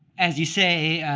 as you say,